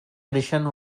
edition